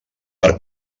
per